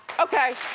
okay,